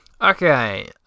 Okay